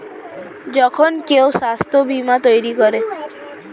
যখন কেউ স্বাস্থ্য বীমা তৈরী করে